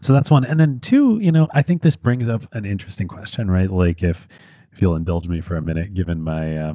so that's one. and then two, you know i think this brings up an interesting question. like if if you'll indulge me for a minute given my ah